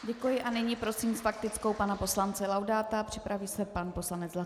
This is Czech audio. Děkuji a nyní prosím s faktickou pana poslance Laudáta a připraví se pan poslanec Zlatuška.